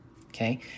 okay